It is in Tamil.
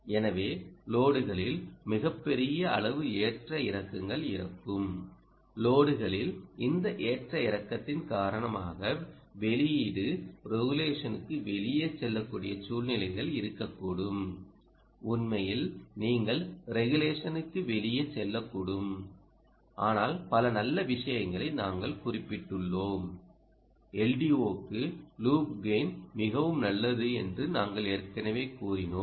எனவே லோடுகளில் மிகப்பெரிய அளவு ஏற்ற இறக்கங்கள் இருக்கும் லோடுகளில் இந்த ஏற்ற இறக்கத்தின் காரணமாக வெளியீடு ரெகுலேஷனுக்கு வெளியே செல்லக்கூடிய சூழ்நிலைகள் இருக்கக்கூடும் உண்மையில் நீங்கள் ரெகுலேஷனுக்கு வெளியே செல்லக்கூடும் ஆனால் பல நல்ல விஷயங்களை நாங்கள் குறிப்பிட்டுள்ளோம் LDOக்கு லூப் கெய்ன் மிகவும் நல்லது என்று நாங்கள் ஏற்கனவே கூறினோம்